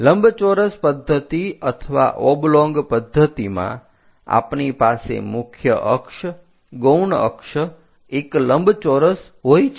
લંબચોરસ પદ્ધતિ અથવા ઓબ્લોંગ પદ્ધતિમાં આપની પાસે મુખ્ય અક્ષ ગૌણ અક્ષ એક લંબચોરસ હોય છે